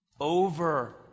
Over